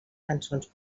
cançons